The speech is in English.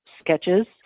sketches